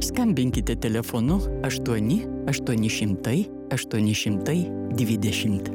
skambinkite telefonu aštuoni aštuoni šimtai aštuoni šimtai dvidešimt